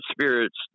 spirits